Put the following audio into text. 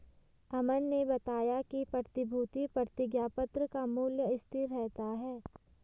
अमन ने बताया कि प्रतिभूति प्रतिज्ञापत्र का मूल्य स्थिर रहता है